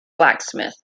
blacksmith